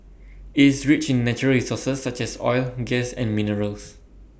it's rich in natural resources such as oil gas and minerals